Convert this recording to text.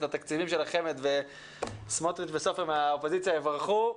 התקציבים של החמ"ד וסמוטריץ' וסופר מהאופוזיציה יברכו,